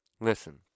Listen